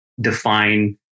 define